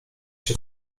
się